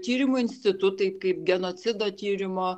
tyrimų institutai kaip genocido tyrimo